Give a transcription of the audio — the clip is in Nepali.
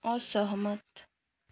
असहमत